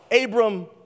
Abram